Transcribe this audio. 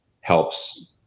helps